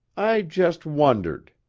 i just wondered.